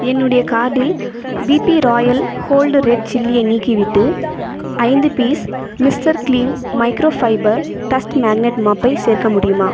என்னுடைய கார்ட்டில் BB royal whole red சில்லியை நீக்கிவிட்டு ஐந்து பீஸ் மிஸ்டர் கிலீம் மைக்ரோஃஎன்னுடைய கார்ட்டில் பிபி ராயல் ஹோல்ட் ரெட் சில்லியை நீக்கிவிட்டு ஐந்து piece mister clean microfibre dust magnet மாப்பை சேர்க்க முடியுமா